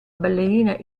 ballerina